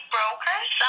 Brokers